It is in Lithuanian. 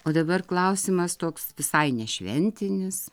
o dabar klausimas toks visai nešventinis